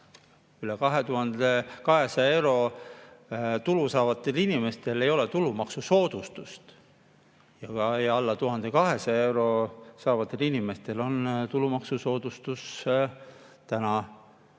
üle 2200 euro tulu saavatel inimestel ei ole tulumaksusoodustust ja alla 1200 euro saavatel inimestel on tulumaksusoodustus.